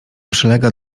przylega